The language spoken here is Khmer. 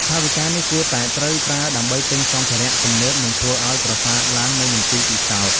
ថវិកានេះគួរតែត្រូវប្រើដើម្បីទិញសម្ភារៈទំនើបនិងធ្វើឱ្យប្រសើរឡើងនូវមន្ទីរពិសោធន៍។